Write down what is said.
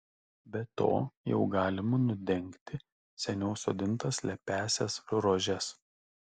be to jau galima nudengti seniau sodintas lepiąsias rožes